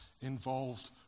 involved